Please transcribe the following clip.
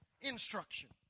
instruction